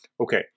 okay